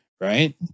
Right